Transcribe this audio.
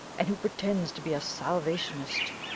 and who pretends to be a salvationist,